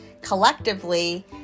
collectively